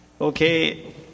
Okay